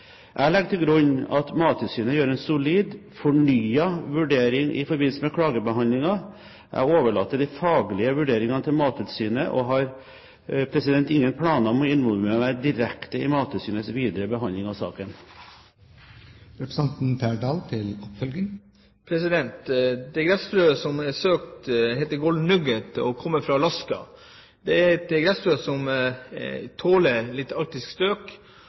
Jeg legger til grunn av Mattilsynet gjør en solid, fornyet vurdering i forbindelse med klagebehandlingen. Jeg overlater de faglige vurderingene til Mattilsynet og har ingen planer om å involvere meg direkte i Mattilsynets videre behandling av saken. Det gressfrøet som det er søkt om, heter Nugget og kommer fra Alaska. Det er et gressfrø som tåler arktiske strøk.